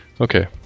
Okay